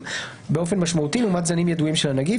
באופן משמעותי לעומת זנים ידועים של הנגיף,